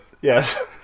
Yes